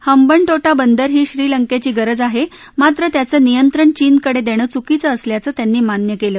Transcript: हंबनीीचे बंदर ही श्रीलंकेची गरज आहे मात्र त्याचं नियंत्रण चीनकडे देणं चुकीचं असल्याचं त्यांनी मान्य केलं